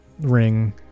ring